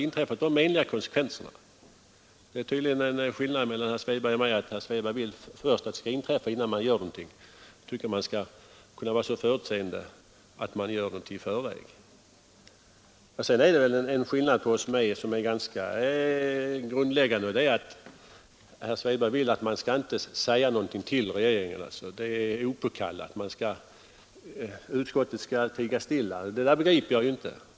Skillnaden mellan herr Svedberg och mig är tydligen att herr Svedberg anser att det skall inträffa någonting innan man lagstiftar, medan jag tycker att man bör vara förutseende och förebyggande. En annan skillnad mellan herr Svedberg och mig är att herr Svedberg anser att det är opåkallat att riksdagen ger till känna sin mening hos regeringen. Det förstår jag inte.